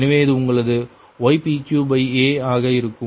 எனவே இது உங்களது ypqa ஆக இருக்கும்